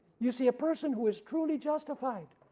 you see a person who is truly justified,